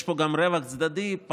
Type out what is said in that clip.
יש פה גם רווח צדדי של קבלנים,